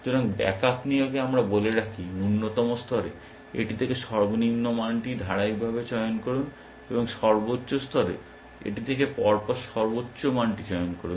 সুতরাং ব্যাকআপ নিয়মে আমরা বলে রাখি ন্যূনতম স্তরে এটি থেকে সর্বনিম্ন মানটি ধারাবাহিকভাবে চয়ন করুন এবং সর্বোচ্চ স্তরে এটি থেকে পরপর সর্বোচ্চ মানটি চয়ন করুন